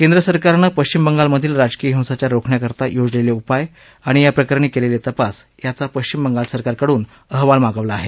केंद्र सरकारनं पश्चिम बंगालमधील राजकिय हिंसाचार रोखण्याकरता योजलेले उपाय आणि या प्रकरणी केलेले तपास याचा पश्चिम बंगाल सरकारकडून अहवाल मागवला आहे